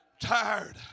tired